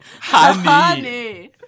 Honey